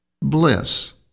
Bliss